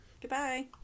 Goodbye